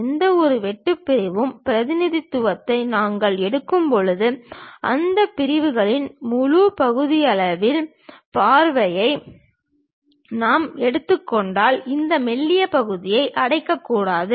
எந்தவொரு வெட்டு பிரிவு பிரதிநிதித்துவத்தையும் நாங்கள் எடுக்கும்போது அந்த பொருளின் முழு பகுதியளவு பார்வையை நாம் எடுத்துக் கொண்டாலும் இந்த மெல்லிய பகுதியை அடைக்கக்கூடாது